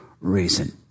reason